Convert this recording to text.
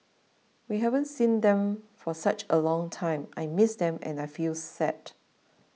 we haven't seen them for such a long time I miss them and I feel sad